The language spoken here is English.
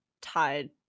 tied